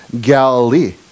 Galilee